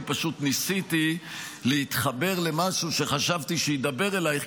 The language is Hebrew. אני פשוט ניסיתי להתחבר למשהו שחשבתי שידבר אלייך,